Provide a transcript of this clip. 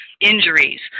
Injuries